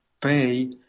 pay